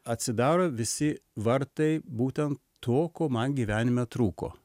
atsidaro visi vartai būtent to ko man gyvenime trūko